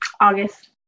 August